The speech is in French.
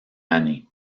année